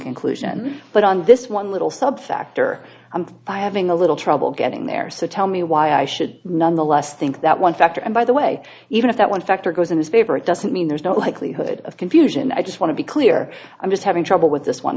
conclusion but on this one little subsector i'm having a little trouble getting there so tell me why i should nonetheless think that one factor and by the way even if that one factor goes in his favor it doesn't mean there's no likelihood of confusion i just want to be clear i'm just having trouble with this one